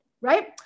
right